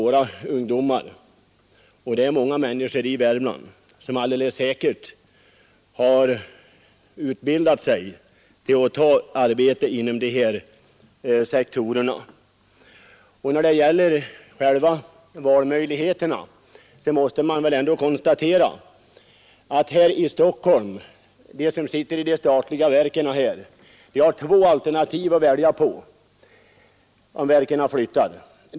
Många människor i Värmland, både unga och litet äldre, har alldeles säkert utbildat sig för arbete inom de sektorer som det här gäller. Och vad valmöjligheterna beträffar kan vi ju ändå konstatera att de människor som nu sitter i de statliga verkan här i Stockholm har två alternativ att välja på, om verken lokaliseras ut.